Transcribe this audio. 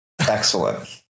Excellent